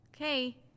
Okay